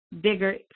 bigger